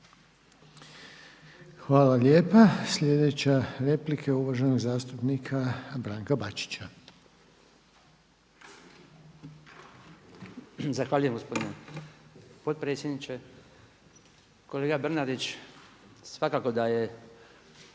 Hvala lijepa. Sljedeća replika je uvaženog zastupnika Branka Bačića. **Bačić, Branko (HDZ)** Zahvaljujem gospodine potpredsjedniče. Kolega Bernardić, svakako da je